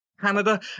Canada